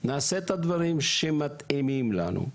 נעשה את הדברים שמתאימים לנו.